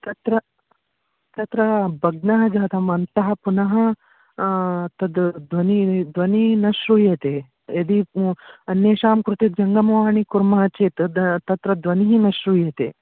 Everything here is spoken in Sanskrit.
तत्र तत्र भग्नः जातः अन्तः पुनः तद् ध्वनिः ध्वनिः न श्रूयते यदि अन्येषां कृते जङ्गमवाणिं कुर्मः चेत् तत्र ध्वनिः श्रूयते